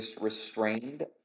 restrained